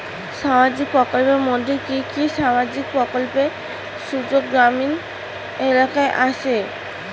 সামাজিক প্রকল্পের মধ্যে কি কি সামাজিক প্রকল্পের সুযোগ গ্রামীণ এলাকায় আসে?